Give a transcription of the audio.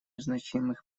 значимых